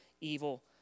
evil